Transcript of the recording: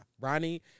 Ronnie